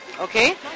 Okay